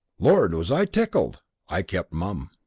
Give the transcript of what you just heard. lord, was i tickled? i kept mum.